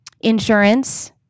Insurance